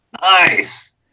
Nice